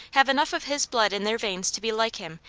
have enough of his blood in their veins to be like him,